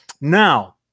Now